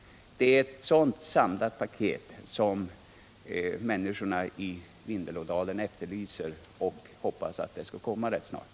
Det är ett sådant samlat paket som människorna i Vindelådalen efterlyser, och jag hoppas att det skall komma rätt snart.